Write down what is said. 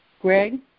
Greg